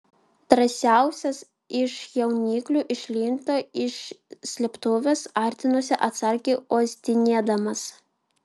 drąsiausias iš jauniklių išlindo iš slėptuvės artinosi atsargiai uostinėdamas